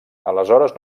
aleshores